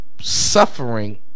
Suffering